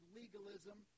legalism